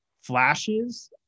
flashes